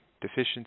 deficiency